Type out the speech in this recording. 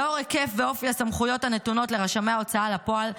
לאור ההיקף והאופי של הסמכויות הנתונות לרשמי ההוצאה לפועל,